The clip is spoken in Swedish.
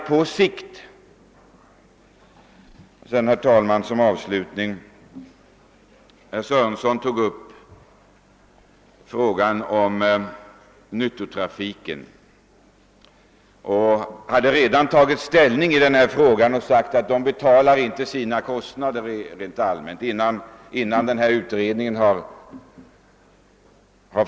Jag vill avslutningsvis ta upp vad herr Sörenson sade i sitt anförande, där han redan hade tagit ställning till frågan om nyttotrafiken, innan den pågående utredningen fått tillfälle att framlägga sihå synpunkter.